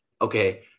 Okay